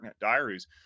Diaries